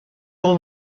will